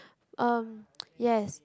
um yes